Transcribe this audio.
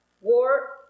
war